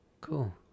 Cool